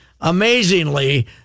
amazingly